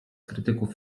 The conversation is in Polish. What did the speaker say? krytyków